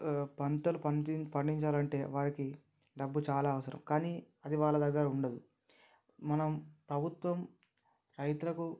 పంటలు పండించి పండించాలంటే వారికి డబ్బు చాలా అవసరం కానీ అది వాళ్ళ దగ్గర ఉండదు మనం ప్రభుత్వం రైతులకు